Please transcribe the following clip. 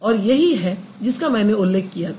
और यही है जिसका मैंने उल्लेख किया था